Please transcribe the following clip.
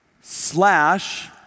Slash